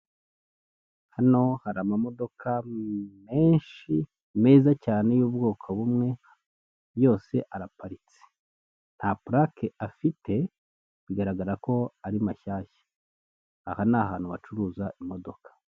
Hano hari amamodoka menshi meza cyane y'ubwoko bumwe yose araparitse, nta purake afite bigaragara ko ari mashyashya, aha ni ahantu bacuruza imodoka.